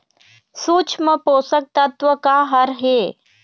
सूक्ष्म पोषक तत्व का हर हे?